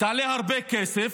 תעלה הרבה כסף.